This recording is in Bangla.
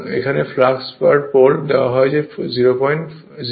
এখন ফ্লাক্স পার পোল দেওয়া যে 005 ওয়েবার